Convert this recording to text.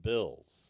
Bills